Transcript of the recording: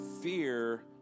fear